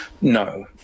No